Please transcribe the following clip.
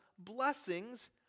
blessings